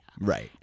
right